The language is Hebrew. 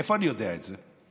מאיפה אני יודע את זה?